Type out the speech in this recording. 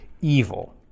evil